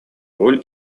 роль